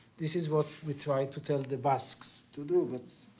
this is what we try to tell the basques to do but.